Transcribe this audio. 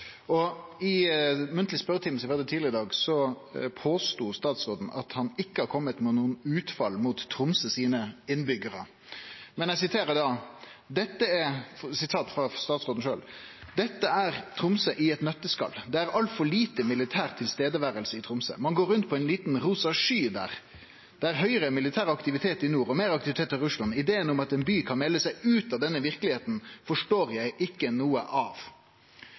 I munnleg spørjetime som vi hadde tidlegare i dag, påstod statsråden at han ikkje har kome med utfall mot innbyggjarane i Tromsø. Men eg siterer da statsråden sjølv: «Dette er Tromsø i et nøtteskall. Det er altfor lite militær tilstedeværelse i Tromsø. Man går rundt på en liten rosa sky der. Det er høyere militær aktivitet i nord, og mer aktivitet i Russland. Ideen om at en by kan melde seg ut av denne virkeligheten forstår jeg ikke noe av.»